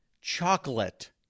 chocolate